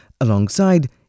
alongside